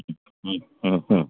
ഉം ഉം ഉം